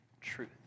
truth